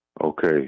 Okay